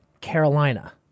carolina